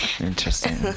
Interesting